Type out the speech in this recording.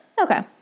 Okay